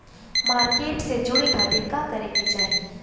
Market से जुड़े खाती का करे के चाही?